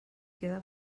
queda